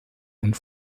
und